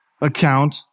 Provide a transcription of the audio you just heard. account